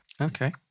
Okay